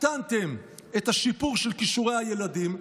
הקטנתם את השיפור של כישורי הילדים,